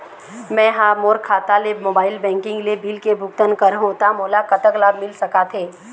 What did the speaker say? मैं हा मोर खाता ले मोबाइल बैंकिंग ले बिल के भुगतान करहूं ता मोला कतक लाभ मिल सका थे?